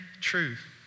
truth